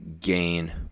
Gain